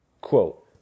quote